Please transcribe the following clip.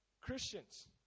Christians